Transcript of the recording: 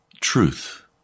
truth